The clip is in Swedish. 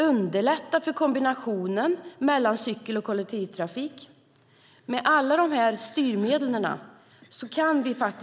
Underlätta för kombinationen av cykel och kollektivtrafik! Med alla dessa styrmedel kan vi bli friskare, gladare och rikare.